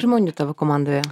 žmonių tavo komandoje